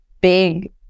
big